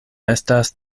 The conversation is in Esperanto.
estas